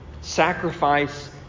Sacrifice